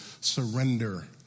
surrender